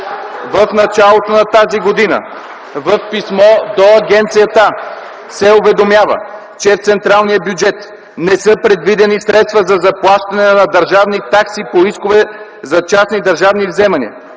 В началото на тази година в писмо до агенцията се уведомява, че в централния бюджет не са предвидени средства за заплащане на държавни такси по искове за частни държавни вземания.